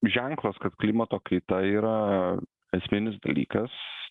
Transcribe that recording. ženklas kad klimato kaita yra esminis dalykas